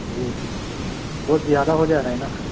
جی بہت زیادہ ہو جا رہا ہے نا